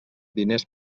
diners